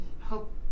hope